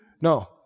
No